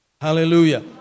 Hallelujah